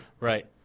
Right